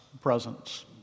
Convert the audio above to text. presence